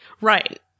Right